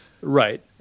Right